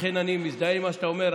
לכן אני מזדהה עם מה שאתה אומר.